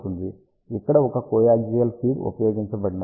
ఇక్కడ ఒక coaxial feed ఉపయోగించబడినది